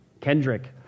Kendrick